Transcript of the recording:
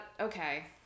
okay